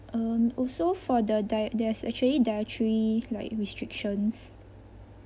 um also for the diet there's actually dietary like restrictions